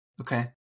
okay